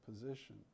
position